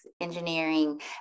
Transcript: engineering